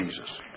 Jesus